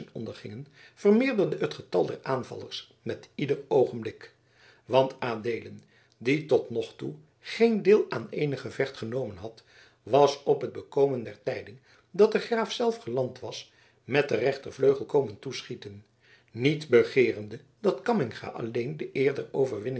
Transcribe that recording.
ondergingen vermeerderde het getal der aanvallers met ieder oogen blik want adeelen die tot nog toe geen deel aan eenig gevecht genomen had was op het bekomen der tijding dat de graaf zelf geland was met den rechtervleugel komen toeschieten niet begeerende dat cammingha alleen de eer